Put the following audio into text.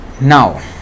Now